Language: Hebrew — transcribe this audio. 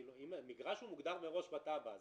מגרש מוגדר מראש בתב"ע.